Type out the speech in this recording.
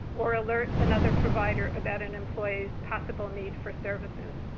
or alert another provider about an employees possible need for services.